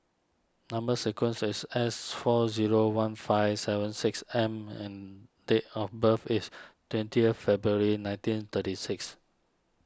Number Sequence is S four zero one five seven six M and date of birth is twentieth February nineteen thirty six